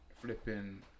flipping